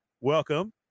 welcome